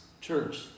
Church